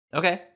okay